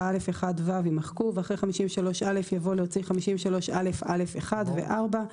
4א1(ו)" יימחקו ואחרי "53א" יבוא "להוציא 53א(א)(1) ו-(4)".